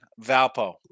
Valpo